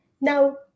Now